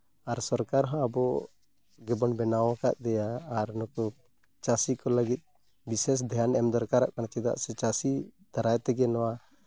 ᱟᱨ ᱥᱚᱨᱠᱟᱨ ᱦᱚᱸ ᱟᱵᱚ ᱜᱮᱵᱚᱱ ᱵᱮᱱᱟᱣ ᱟᱠᱟᱫᱮᱭᱟ ᱟᱨ ᱱᱩᱠᱩ ᱪᱟᱹᱥᱤ ᱠᱚ ᱞᱟᱹᱜᱤᱫ ᱵᱤᱥᱮᱥ ᱫᱷᱮᱭᱟᱱ ᱮᱢ ᱫᱚᱨᱠᱟᱨᱚᱜ ᱠᱟᱱᱟ ᱪᱮᱫᱟᱜ ᱥᱮ ᱪᱟᱹᱥᱤ ᱫᱟᱨᱟᱭ ᱛᱮᱜᱮ ᱱᱚᱣᱟ